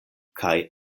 kaj